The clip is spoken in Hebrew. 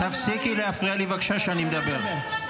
תפסיקי להפריע לי בבקשה כשאני מדבר.